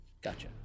gotcha